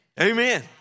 Amen